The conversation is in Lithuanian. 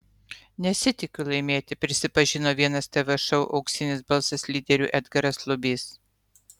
nesitikiu laimėti prisipažino vienas tv šou auksinis balsas lyderių edgaras lubys